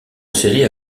série